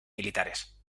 militares